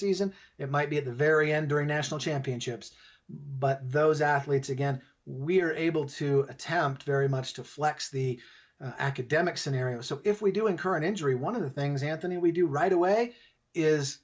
season it might be at the very end during national championships but those athletes again we are able to attempt very much to flex the academic scenario so if we do incur an injury one of the things anthony we do right away is